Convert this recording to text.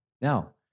Now